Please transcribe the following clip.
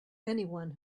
anyone